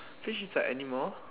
fish is like animal